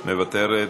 מוותרת,